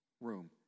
room